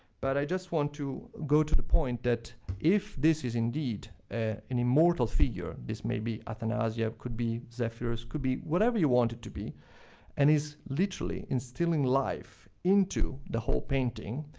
but i just want to go to the point that if this is indeed an immortal figure this may be athanasia, could be zephyrus, could be whatever you want it to be and is literally instilling life into the whole painting,